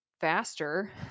faster